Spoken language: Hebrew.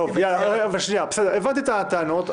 הבנתי את הטענות,